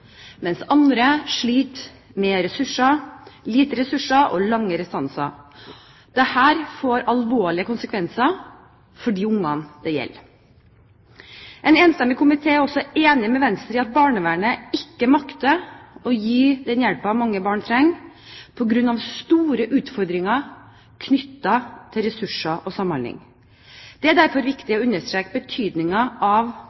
mens andre sliter med lite ressurser og lange restanser. Dette får alvorlige konsekvenser for de ungene det gjelder. En enstemmig komité er også enig med Venstre i at barnevernet ikke makter å gi den hjelpen mange barn trenger, på grunn av store utfordringer knyttet til ressurser og samhandling. Det er derfor viktig å understreke betydningen av